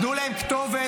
תנו להם כתובת,